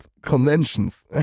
conventions